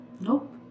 Nope